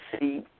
see